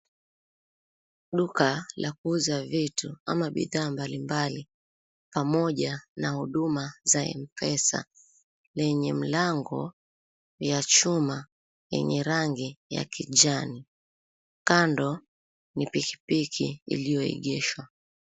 Duka la kuuza vitu ama bidhaa mbalimbali pamoja na huduma za mpesa lenye mlango wa chuma yenye rangi ya kijani. Kando ni pikipiki iliyoegeshwa.